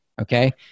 Okay